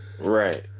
right